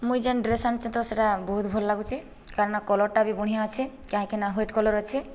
ମୁଇଁ ଯେନ୍ ଡ୍ରେସ ଆନିଛେଁ ତ ସେଟା ବହୁତ ଭଲ ଲାଗୁଛେ କାରଣ କଲର୍ଟା ବି ବଢ଼ିଆଁ ଅଛେ କାହିଁକିନା ୱାଇଟ୍ କଲର୍ ଅଛେ